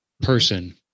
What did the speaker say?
person